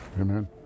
amen